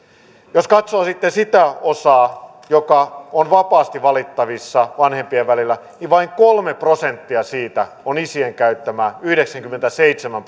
jos katsoo sitten sitä osaa joka on vapaasti valittavissa vanhempien välillä niin vain kolme prosenttia siitä on isien käyttämää yhdeksänkymmentäseitsemän